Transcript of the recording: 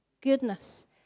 goodness